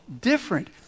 different